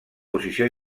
posició